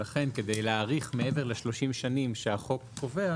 ולכן כשי להאריך מעבר ל-30 שנים שהחוק קובע,